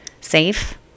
safe